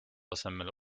asemele